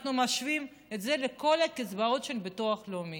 אנחנו משווים את זה לכל הקצבאות של ביטוח לאומי.